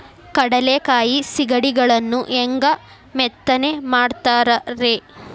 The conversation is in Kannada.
ಕಡಲೆಕಾಯಿ ಸಿಗಡಿಗಳನ್ನು ಹ್ಯಾಂಗ ಮೆತ್ತನೆ ಮಾಡ್ತಾರ ರೇ?